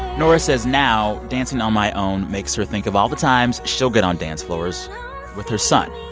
nora says now dancing on my own makes her think of all the times she'll get on dance floors with her son,